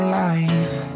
life